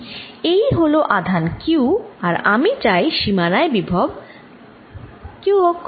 এই হল আধান q আর আমি চাই সীমানায় বিভব q হোক